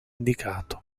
indicato